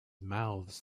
mouths